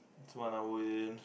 it's one hour in